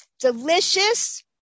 delicious